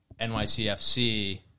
NYCFC